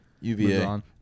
UVA